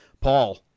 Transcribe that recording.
paul